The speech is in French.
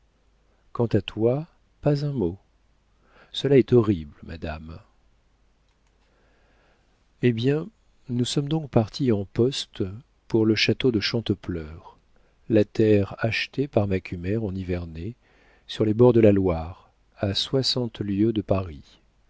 quant à toi pas un mot cela est horrible madame eh bien nous sommes donc partis en poste pour le château de chantepleurs la terre achetée par macumer en nivernais sur les bords de la loire à soixante lieues de paris